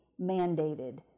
mandated